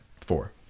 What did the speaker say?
Four